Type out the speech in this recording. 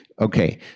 okay